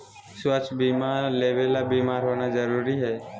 स्वास्थ्य बीमा लेबे ले बीमार होना जरूरी हय?